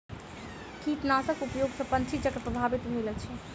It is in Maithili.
कीटनाशक उपयोग सॅ पंछी चक्र प्रभावित भेल अछि